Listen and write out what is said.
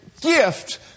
gift